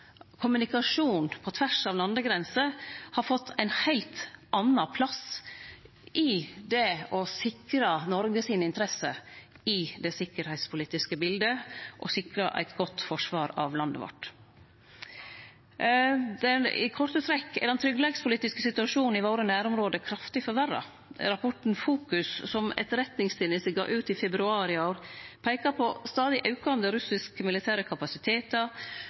kommunikasjon på tvers av landegrenser, har fått ein heilt annan plass i det å sikre Noreg sine interesser i det sikkerheitspolitiske biletet og sikre eit godt forsvar av landet vårt. I korte trekk er den tryggleikspolitiske situasjonen i våre nærområde kraftig forverra. Rapporten Fokus, som Etterretningstenesta gav ut i februar i år, peikar på stadig aukande russiske militære kapasitetar,